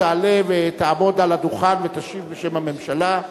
תעלה ותעמוד על הדוכן ותשיב בשם הממשלה.